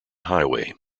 highway